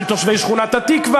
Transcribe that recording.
של תושבי שכונת-התקווה,